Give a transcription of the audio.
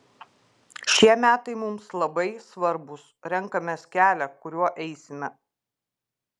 šie metai mums labai svarbūs renkamės kelią kuriuo eisime